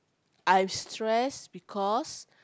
I've stress because